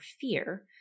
fear